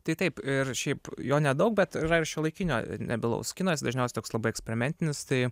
tai taip ir šiaip jo nedaug bet yra ir šiuolaikinio nebylaus kinas dažniausiai toks labai eksperimentinis tai